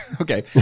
okay